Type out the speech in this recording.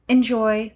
Enjoy